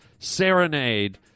serenade